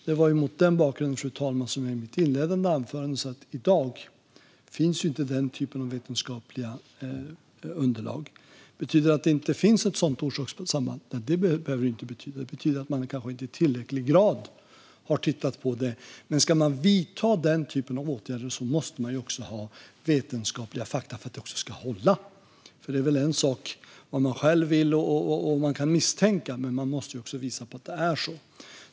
Det var mot den bakgrunden, fru talman, som jag i mitt inledande anförande sa att det i dag inte finns den typen av vetenskapliga underlag. Betyder det att det inte finns ett sådant orsakssamband? Nej, det behöver det inte betyda, utan det betyder att man kanske inte har tittat på det i tillräcklig grad. Men ska man vidta den typen av åtgärder måste man också ha vetenskapliga fakta för att det ska hålla. Det är nämligen en sak vad man själv vill och vad man kan misstänka, men man måste också visa att det är så.